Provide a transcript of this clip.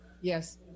yes